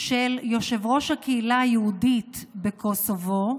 של יושב-ראש הקהילה היהודית בקוסובו,